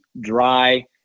dry